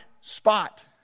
spot